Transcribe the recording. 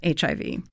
HIV